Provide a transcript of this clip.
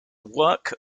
work